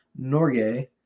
Norgay